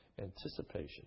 anticipation